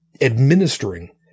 administering